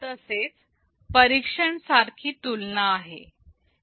तसेच परीक्षण सारखी तुलना आहे